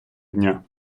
дня